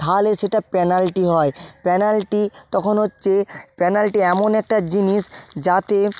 তাহলে সেটা পেনাল্টি হয় পেনাল্টি তখন হচ্ছে পেনাল্টি এমন একটা জিনিস যাতে